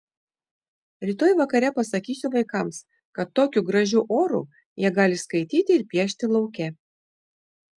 rytoj vakare pasakysiu vaikams kad tokiu gražiu oru jie gali skaityti ir piešti lauke